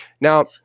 Now